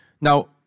Now